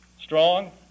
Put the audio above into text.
strong